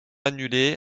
annulée